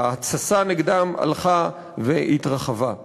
וההתססה נגדם הלכו והתרחבו.